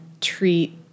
treat